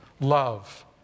love